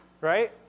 right